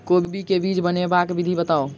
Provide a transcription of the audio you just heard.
कोबी केँ बीज बनेबाक विधि बताऊ?